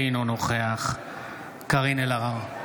אינו נוכח קארין אלהרר,